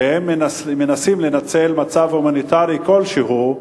שמנסים לנצל מצב הומניטרי כלשהו,